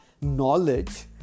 knowledge